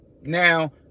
Now